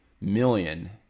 million